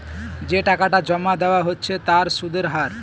যে টাকাটা জমা দেওয়া হচ্ছে তার সুদের হার